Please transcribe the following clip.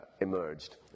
emerged